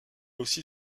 aussi